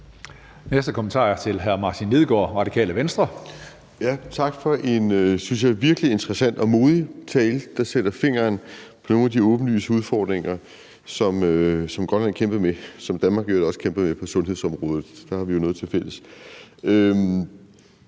Radikale Venstre. Kl. 17:00 Martin Lidegaard (RV): Tak for en, synes jeg, virkelig interessant og modig tale, der sætter fingeren på nogle af de åbenlyse udfordringer, som Grønland har kæmpet med, og som Danmark i øvrigt også kæmper med, på sundhedsområdet. Der har vi jo noget tilfælles.